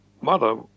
mother